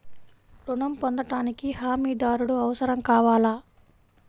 ఋణం పొందటానికి హమీదారుడు అవసరం కావాలా?